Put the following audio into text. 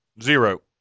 Zero